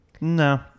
No